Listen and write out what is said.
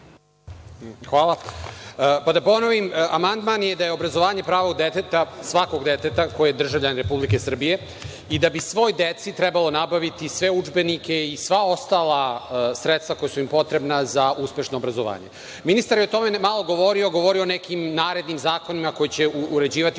Hvala. Pa da ponovim, amandman je da je obrazovanje pravo deteta, svakog deteta koje je državljanin Republike Srbije i da bi svoj deci trebalo nabaviti sve udžbenike i sva ostala sredstva koja su im potrebna za uspešno obrazovanje. Ministar je o tome malo govorio. Govorio je nekim i narednim zakonima koji će uređivati ovu materiju.